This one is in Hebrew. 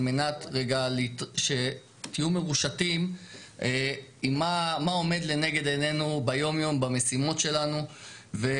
מנת שתהיו מרושתים מה עומד לנגד עינינו ביום-יום במשימות שלנו,